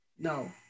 No